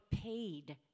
paid